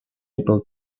able